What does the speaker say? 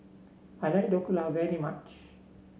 I like Dhokla very much